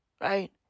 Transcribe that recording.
right